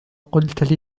قلت